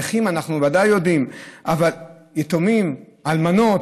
נכים, אנחנו ודאי יודעים, יתומים, אלמנות,